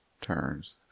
turns